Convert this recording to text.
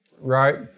Right